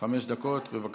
חמש דקות, בבקשה.